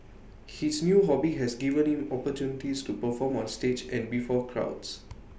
his new hobby has given him opportunities to perform on stage and before crowds